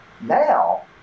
now